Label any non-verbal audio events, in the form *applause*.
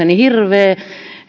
*unintelligible* niin hirveä